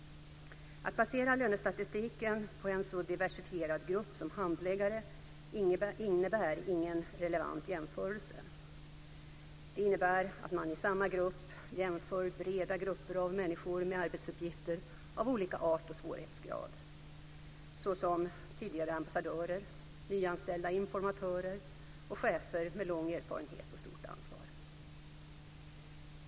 Att basera lönestatistiken på en så diversifierad grupp som handläggare innebär ingen relevant jämförelse. Det innebär att man i samma grupp jämför breda grupper av människor med arbetsuppgifter av olika art och svårighetsgrad - såsom tidigare ambassadörer, nyanställda informatörer och chefer med lång erfarenhet och stort ansvar.